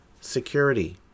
security